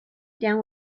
than